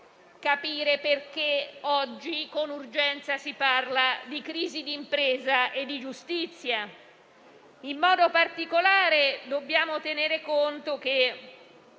capire perché oggi si parla con urgenza di crisi d'impresa e di giustizia. In modo particolare dobbiamo tenere conto del